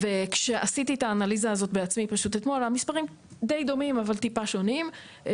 כשעשיתי את האנליזה הזו בעצמי המספרים דיי דומים אבל טיפה שונים,